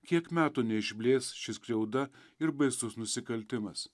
kiek metų neišblės ši skriauda ir baisus nusikaltimas